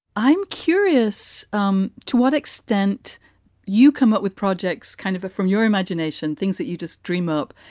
i'm curious um to what extent you come up with projects kind of from your imagination, things that you just dream up,